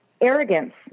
arrogance